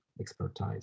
expertise